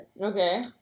Okay